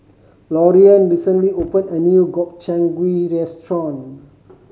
Loriann recently opened a new Gobchang Gui Restaurant